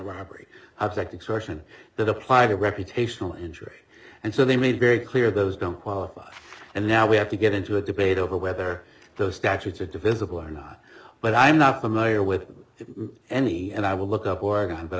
robbery object excursion that applied to reputational injury and so they made very clear those don't qualify and now we have to get into a debate over whether those statutes are divisible or not but i'm not familiar with any and i will look up organ but